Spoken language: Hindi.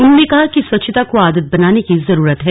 उन्होंने कहा कि स्वचछता को आदत बनाने की जरूरत है